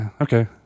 okay